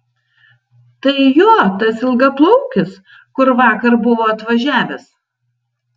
tai jo tas ilgaplaukis kur vakar buvo atvažiavęs